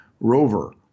rover